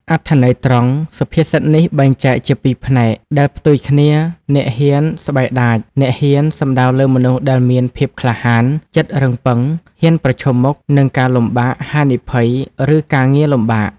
អត្ថន័យត្រង់សុភាសិតនេះបែងចែកជាពីរផ្នែកដែលផ្ទុយគ្នាអ្នកហ៊ានស្បែកដាច អ្នកហ៊ាន សំដៅលើមនុស្សដែលមាន ភាពក្លាហាន ចិត្តរឹងប៉ឹង ហ៊ានប្រឈមមុខ នឹងការលំបាក ហានិភ័យ ឬការងារលំបាក។